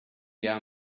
down